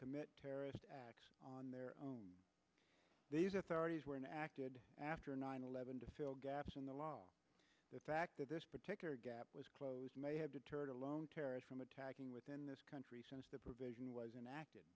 commit terrorist acts on their own these authorities were not acted after nine eleven to fill gaps in the law the fact that this particular gap was close may have deterred a lone terrorist from attacking within this country since the provision was enacted